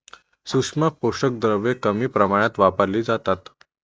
सूक्ष्म पोषक द्रव्ये कमी प्रमाणात वापरली जातात